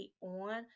on